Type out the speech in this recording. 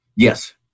Yes